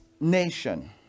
nation